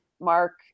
Mark